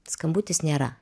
skambutis nėra